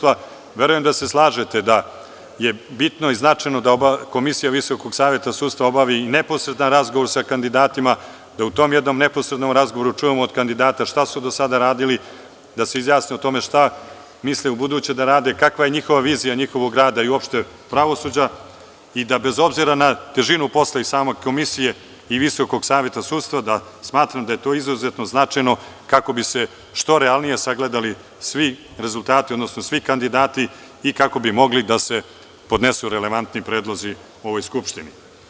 Verujem da se slažete da je bitno i značajno da komisija VSS obavi i neposredan razgovor sa kandidatima, da u tom jednom neposrednom razgovoru čujemo od kandidata šta su do sada radili, da se izjasne o tome šta misle u buduće da rade, kakva je njihova vizija njihovog rada i uopšte pravosuđa i da bez obzira na težinu posla i same komisije i VSS, da smatram da je to izuzetno značajno kako bi se što realnije sagledali svi rezultati, odnosno svi kandidati i kako bi mogli da se podnesu relevantni predlozi ovoj Skupštini.